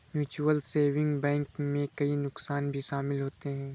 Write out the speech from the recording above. mutual saving bank में कई नुकसान भी शमिल होते है